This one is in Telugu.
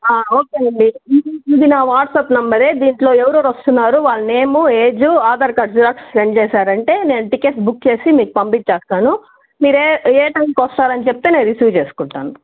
ఓకే అండి ఇది నా వాట్సాప్ నంబరే దీంట్లో ఎవరెవరు వస్తున్నారు వాళ్ళ name age Aadhaar card xerox send చేసారంటే నేను టికెట్స్ బుక్ చేసి మీకు పంపించేస్తాను మీరు ఏ టైమ్కి వస్తారు అనేది చెప్తే నేను రిసీవ్ చేసుకుంటాను